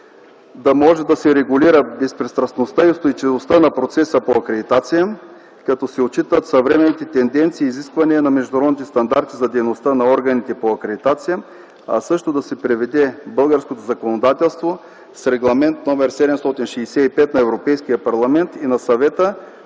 да може да се регулира безпристрастността и устойчивостта на процеса по акредитация, като се отчитат съвременните тенденции и изисквания на международните стандарти за дейността на органите по акредитация, а също българското законодателство да се приведе в съответствие с Регламент № 765 на Европейския парламент и на Съвета